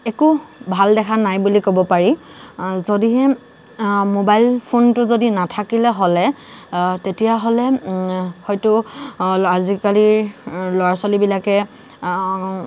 একো ভাল দেখা নাই বুলি ক'ব পাৰি যদিহে মোবাইল ফোনটো যদি নাথাকিলে হ'লে তেতিয়াহ'লে হয়তো ল আজিকালিৰ ল'ৰা ছোৱালীবিলাকে